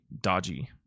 dodgy